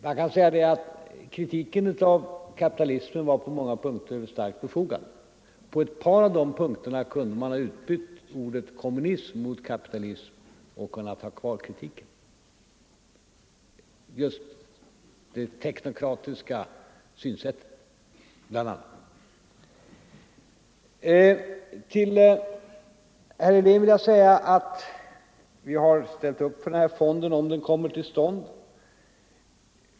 Man kan säga att kritiken av kapitalismen på många punkter var starkt befogad. På ett par av dessa punkter kunde han ha bytt ut ordet ”kapitalism” mot ordet ”kommunism” och ändå ha kvar kritiken. Det gäller bl.a. det teknokratiska synsättet. Till herr Helén vill jag säga att vi har ställt upp till förmån för den här fonden, om den kommer till stånd.